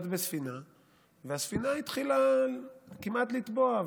והספינה התחילה כמעט לטבוע,